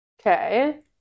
Okay